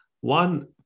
one